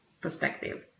perspective